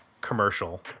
commercial